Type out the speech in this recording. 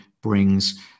brings